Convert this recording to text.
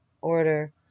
order